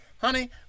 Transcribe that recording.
Honey